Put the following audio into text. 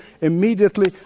immediately